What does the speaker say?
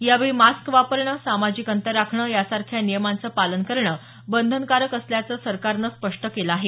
यावेळी मास्क वापरणं सामाजिक अंतर पाळणं यासारख्या नियमांच पालन करण बंधनकारक असल्याच सरकारनं स्पष्ट केलं आहे